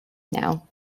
now